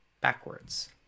backwards